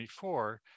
24